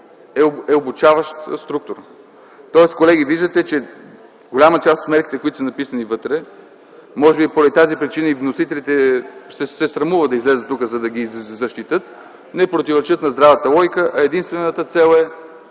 е обучаваща структура. Колеги, виждате, че голяма част от мерките, които са написани вътре, а може би поради тази причина и вносителите се срамуват да излязат тук, за да ги защитят, не противоречат на здравата логика, а единствената цел е